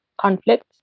conflicts